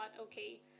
okay